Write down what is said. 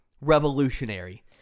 revolutionary